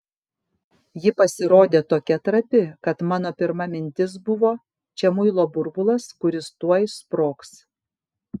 ji pasirodė tokia trapi kad mano pirma mintis buvo čia muilo burbulas kuris tuoj sprogs